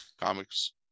comics